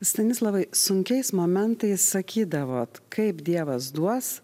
stanislavai sunkiais momentais sakydavot kaip dievas duos